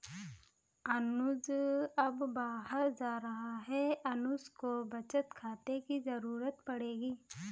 अनुज अब बाहर जा रहा है अनुज को बचत खाते की जरूरत पड़ेगी